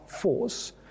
force